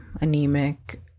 anemic